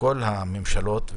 כל הממשלות,